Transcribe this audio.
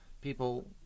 people